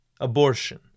abortion